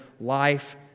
life